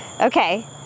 Okay